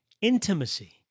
Intimacy